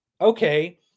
Okay